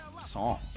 song